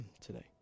today